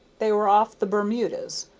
they were off the bermudas.